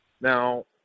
Now